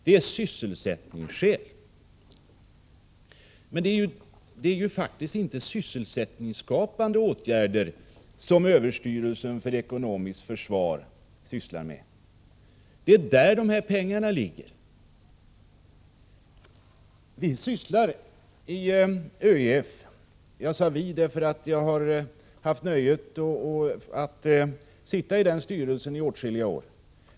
Det är sysselsättningsskäl! Men det är ju faktiskt inte sysselsättningsskapande åtgärder som överstyrelsen för ekonomiskt försvar sysslar med. Vi sysslar med försörjningsberedskapen — jag säger vi därför att jag har nöjet att sitta i styrelsen sedan åtskilliga år.